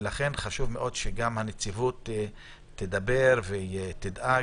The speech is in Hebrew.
לכן, חשוב מאוד שגם הנציבות תדבר, תדאג